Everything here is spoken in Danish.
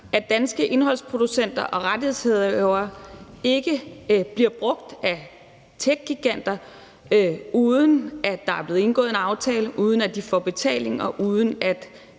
at danske indholdsproducenter og rettighedsindehavere ikke bliver brugt af techgiganter, uden at der er blevet indgået en aftale, uden at de får betaling, og uden at